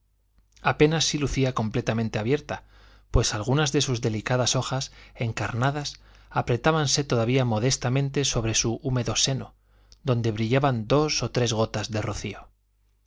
apenas si lucía completamente abierta pues algunas de sus delicadas hojas encarnadas apretábanse todavía modestamente sobre su húmedo seno donde brillaban dos o tres gotas de rocío